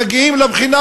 מגיעים לבחינה,